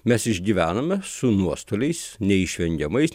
mes išgyvenome su nuostoliais neišvengiamais